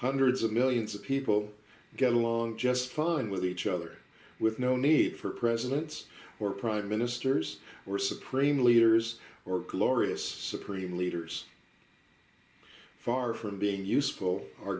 hundreds of millions of people get along just fine with each other with no need for presidents or prime ministers or supreme leaders ready or glorious supreme leaders far from being useful our